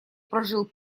прожил